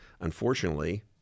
unfortunately